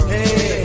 Hey